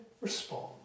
respond